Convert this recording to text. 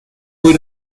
muy